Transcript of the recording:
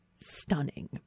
stunning